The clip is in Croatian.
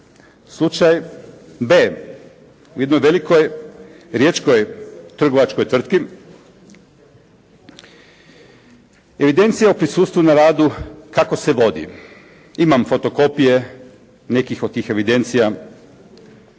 Slučaj B. U jednoj velikoj riječkoj trgovačkoj tvrtki evidencija o prisustvu na radu kako se vodi? Imam fotokopije nekih od tih evidencija.